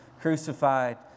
crucified